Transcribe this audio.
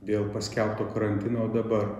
dėl paskelbto karantino dabar